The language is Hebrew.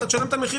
אתה תשלם את המחיר,